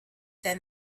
then